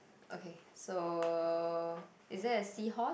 okay so is there a seahorse